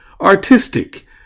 artistic